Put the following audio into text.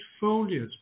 foliage